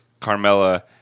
Carmella